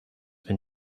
been